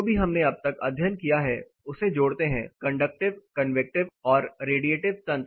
जो भी हमने अब तक अध्ययन किया है उसे जोड़ते हैं कन्डक्टिव कन्वेक्टिव और रेडीएटिव तंत्र